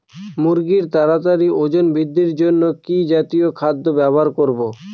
মুরগীর তাড়াতাড়ি ওজন বৃদ্ধির জন্য কি জাতীয় খাদ্য ব্যবহার করব?